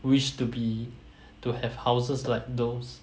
wish to be to have houses like those